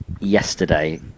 yesterday